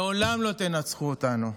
לעולם לא תנצחו אותנו,